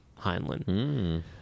Heinlein